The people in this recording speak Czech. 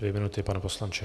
Dvě minuty, pane poslanče.